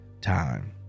time